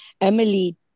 Emily